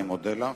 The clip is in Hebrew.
אני מודה לך.